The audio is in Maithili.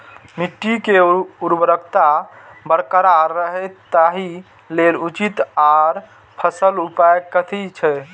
मिट्टी के उर्वरकता बरकरार रहे ताहि लेल उचित आर सरल उपाय कथी छे?